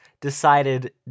decided